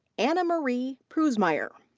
annamarie pruhsmeier.